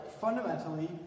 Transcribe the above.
fundamentally